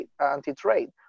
anti-trade